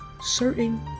certain